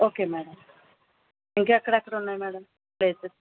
okay madam ఇంకెక్కడెక్కడ ఉన్నాయి madam places